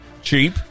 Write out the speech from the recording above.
Cheap